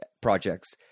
projects